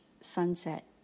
sunset